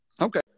Okay